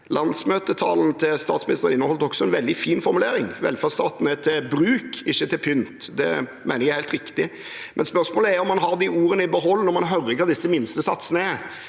inneholdt statsministerens landsmøtetale en veldig fin formulering: Velferdsstaten er til bruk, ikke til pynt. Det mener jeg er helt riktig. Men spørsmålet er om han har de ordene i behold når man hører hva disse minstesatsene